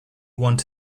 want